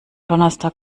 donnerstag